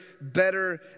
better